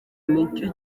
nicyo